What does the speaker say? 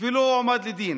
ולא הועמד לדין,